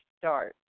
start